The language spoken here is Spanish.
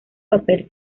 papel